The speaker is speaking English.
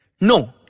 No